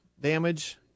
damage